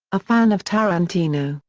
a fan of tarantino,